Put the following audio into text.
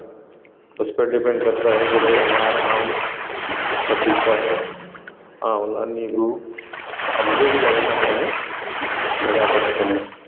उस पर डिपेंड करता है कि भाई अनार आम पपीता आंवला नींबू आम जो भी लगाना चाहें लगा सकते हैं